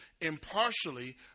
impartially